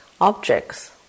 objects